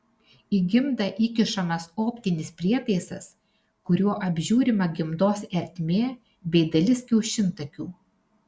į gimdą įkišamas optinis prietaisas kuriuo apžiūrima gimdos ertmė bei dalis kiaušintakių